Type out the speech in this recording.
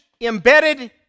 embedded